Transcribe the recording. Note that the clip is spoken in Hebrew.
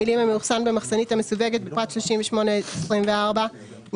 המילים "המאוחסן במחסנית המסווגת בפרט 38.24"- נמחקו,